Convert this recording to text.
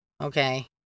Okay